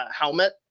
helmet